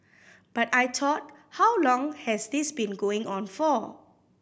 but I thought how long has this been going on for